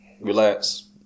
relax